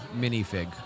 minifig